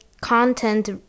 Content